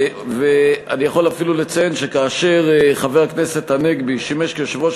ואני יכול אפילו לציין שכאשר חבר הכנסת הנגבי שימש יושב-ראש